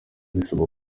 bisaba